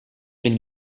been